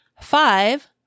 five